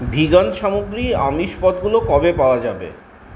vegan সামগ্রী আমিষ পদ গুলো কবে পাওয়া যাবে